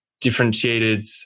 differentiated